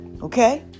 Okay